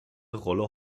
rolle